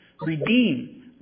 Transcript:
Redeem